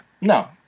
No